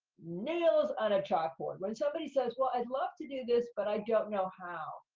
nails on a chalkboard. when somebody says, well, i'd love to do this, but i don't know how,